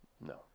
no